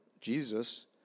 Jesus